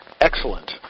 excellent